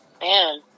Man